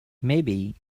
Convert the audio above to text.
maybe